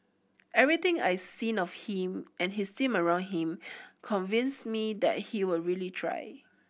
everything I seen of him and his team around him convinces me that he will really try